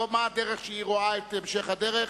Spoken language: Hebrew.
או כיצד היא רואה את המשך הדרך.